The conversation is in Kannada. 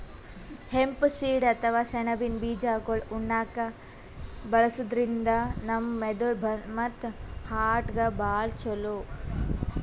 ಹೆಂಪ್ ಸೀಡ್ ಅಥವಾ ಸೆಣಬಿನ್ ಬೀಜಾಗೋಳ್ ಉಣ್ಣಾಕ್ಕ್ ಬಳಸದ್ರಿನ್ದ ನಮ್ ಮೆದಳ್ ಮತ್ತ್ ಹಾರ್ಟ್ಗಾ ಭಾಳ್ ಛಲೋ